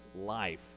life